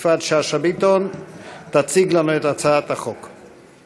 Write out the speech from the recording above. יפעת שאשא ביטון תציג לנו את הצעת החוק.